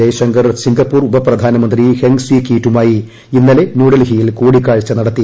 Jaishankar Singapore ഉപപ്രധാനമന്ത്രി Heng Swee കീറ്റുമായി ഇന്നലെ ന്യൂഡിൽഹിയിൽ കൂടിക്കാഴ്ച നടത്തി